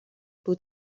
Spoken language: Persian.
بود